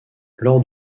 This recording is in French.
lors